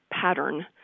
pattern